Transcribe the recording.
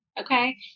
Okay